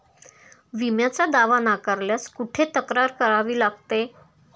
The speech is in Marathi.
विम्याचा दावा नाकारल्यास कुठे तक्रार करावी लागते?